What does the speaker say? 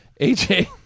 aj